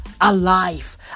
Alive